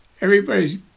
Everybody's